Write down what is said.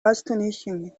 astonishing